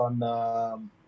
on